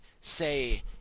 say